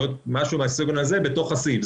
או משהו בסגנון הזה בתוך הסעיף.